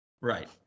Right